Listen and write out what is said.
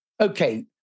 Okay